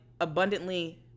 abundantly